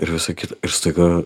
ir visa kita ir staiga